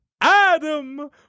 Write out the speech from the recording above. Adam